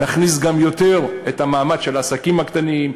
נכניס גם יותר את המעמד של העסקים הקטנים,